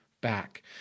Back